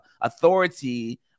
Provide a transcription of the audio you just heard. authority